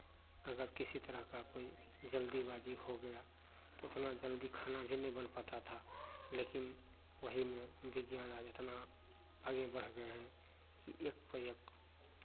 अगर किसी तरह का कोई जल्दीबाजी हो गया तो उतना जल्दी खाना भी नहीं बन पाता था लेकिन वहीं में विज्ञान आज इतना आगे बढ़ गए हैं कि एक पर एक